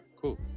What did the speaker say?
Cool